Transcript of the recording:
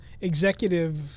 executive